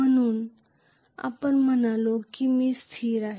म्हणूनच आपण म्हणालो की i स्थिर आहे